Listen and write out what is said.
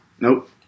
Nope